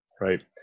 Right